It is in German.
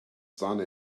sahne